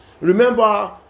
remember